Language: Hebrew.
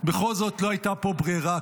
בכל זאת לא הייתה פה ברירה.